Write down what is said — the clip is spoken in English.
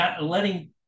letting